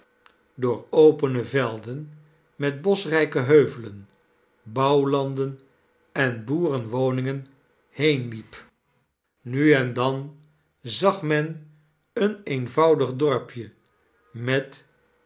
door opene velden met boschrijke heuvelen bouwlanden en boerenwoningen heenliep nu en dan zag men een eennelly voudig dorpje met